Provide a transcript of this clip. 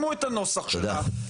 תנסחו את הנוסח שלה,